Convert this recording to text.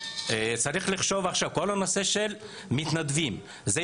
צריך לחשוב על כל הנושא של מתנדבים: כפי שאלקס ציינה,